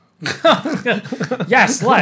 Yes